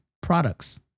products